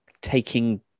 taking